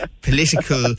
political